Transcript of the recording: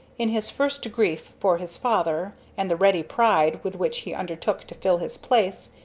in his first grief for his father, and the ready pride with which he undertook to fill his place,